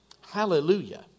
Hallelujah